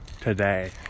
today